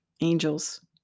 angels